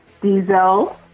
diesel